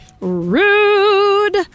Rude